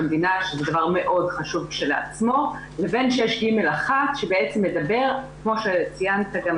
אני מציע דבר כזה: 1. שתפנו למשרדים